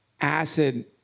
acid